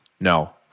no